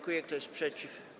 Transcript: Kto jest przeciw?